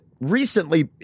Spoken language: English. recently